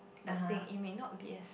that thing it may not be as